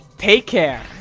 take care!